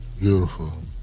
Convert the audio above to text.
Beautiful